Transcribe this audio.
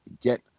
get